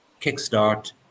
kickstart